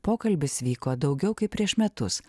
pokalbis vyko daugiau kaip prieš metus